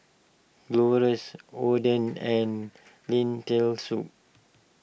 Gyros Oden and Lentil Soup